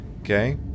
okay